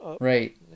Right